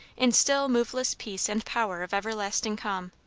in still, moveless peace and power of everlasting calm.